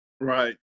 Right